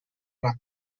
ram